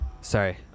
Sorry